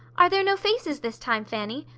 are there no faces this time, fanny?